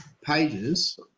pages